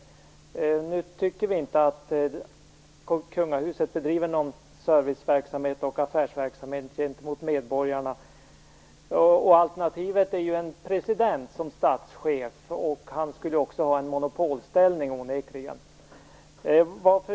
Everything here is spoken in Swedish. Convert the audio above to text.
Vi tycker inte att kungahuset bedriver någon serviceverksamhet eller affärsverksamhet gentemot medborgarna. Alternativet är en president som statschef, som onekligen också skulle ha en monopolställning.